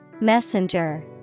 Messenger